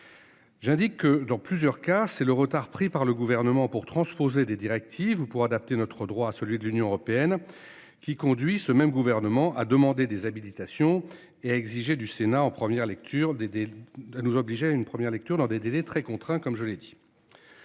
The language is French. J'ai dit que, dans plusieurs cas, c'est le retard pris par le gouvernement pour transposer des directives ou pour adapter notre droit à celui de l'Union européenne qui conduit ce même gouvernement a demandé des habilitations et exigé du Sénat en première lecture des des. Nous obliger à une première lecture dans des délais très contraints, comme je l'ai dit.